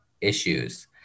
issues